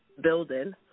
building